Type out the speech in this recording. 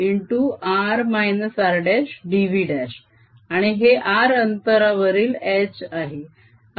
आणि हे r अंतरावरील H आहे